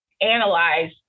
analyze